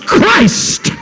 Christ